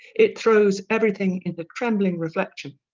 it throws everything into trembling reflection.